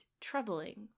troubling